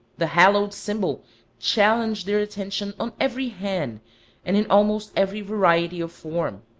the hallowed symbol challenged their attention on every hand and in almost every variety of form.